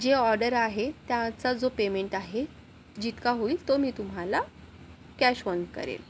जे ऑडर आहे त्याचा जो पेमेंट आहे जितका होईल तो मी तुम्हाला कॅशऑन करेल